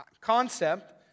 concept